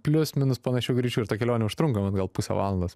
plius minus panašiu greičiu ir ta kelionė užtrunka man gal pusę valandos